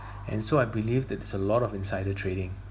and so I believe that's a lot of insider trading